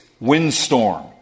windstorm